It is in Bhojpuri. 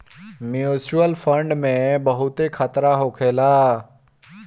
म्यूच्यूअल फंड में बहुते खतरा होखेला